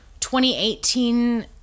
2018